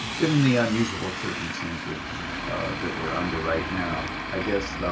given the unusual circumstances that we're under right now. i guess